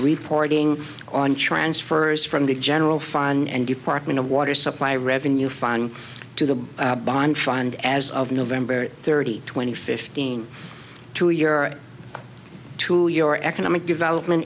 reporting on transfers from the general fund and department of water supply revenue fun to the bond fund as of november thirty two thousand and fifteen to your to your economic development